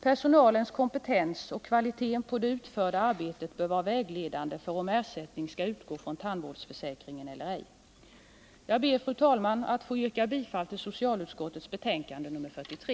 Personalens kompetens och kvaliteten på det utförda arbetet bör vara vägledande för om ersättning skall utgå från tandvårdsförsäkringen eller ej. Jag ber, fru talman, att få yrka bifall till socialutskottets hemställan i dess betänkande nr 43.